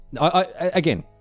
again